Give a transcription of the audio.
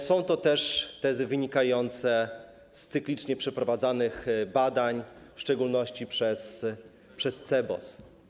Są to tezy wynikające z cyklicznie przeprowadzanych badań, w szczególności przez CBOS.